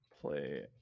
play